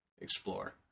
explore